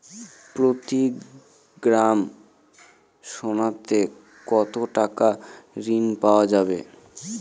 প্রতি গ্রাম সোনাতে কত টাকা ঋণ পাওয়া যাবে?